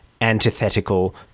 antithetical